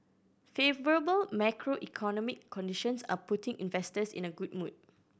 favourable macroeconomic conditions are putting investors in a good mood